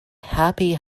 happy